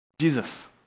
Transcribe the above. Jesus